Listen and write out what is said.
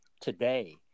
today